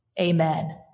amen